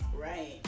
Right